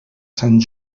sant